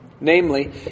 Namely